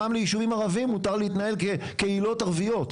גם לישובים ערביים מותר להתנהל כקהילות ערביות.